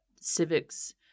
civics